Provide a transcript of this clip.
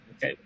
Okay